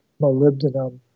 molybdenum